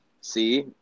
see